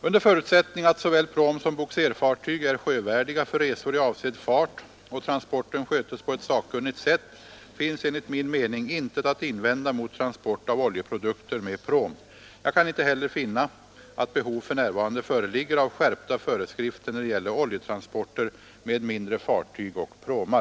Under förutsättning att såväl pråm som bogserfartyg är sjövärdiga för resor i avsedd fart och transporten skötes på ett sakkunnigt sätt finns enligt min mening — intet att invända mot transport av oljeprodukter med pråm. Jag kan inte heller finna att behov för närvarande föreligger av skärpta föreskrifter när det gäller oljetransporter med mindre fartyg och pråmar.